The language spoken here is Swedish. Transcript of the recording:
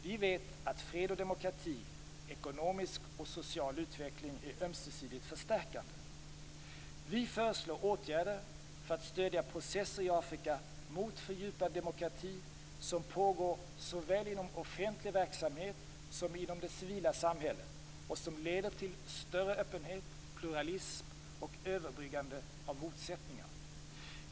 Vi vet att fred och demokrati, ekonomisk och social utveckling är ömsesidigt förstärkande. Vi föreslår åtgärder för att stödja de processer i Afrika mot fördjupad demokrati som pågår såväl inom offentlig verksamhet som inom det civila samhället och som leder till större öppenhet, pluralism och överbryggande av motsättningar.